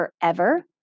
forever